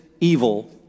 evil